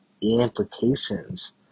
implications